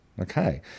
Okay